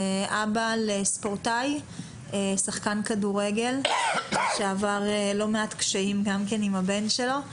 אבא לספורטאי שחקן כדורגל שעבר לא מעט קשיים עם הבן שלו.